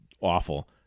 awful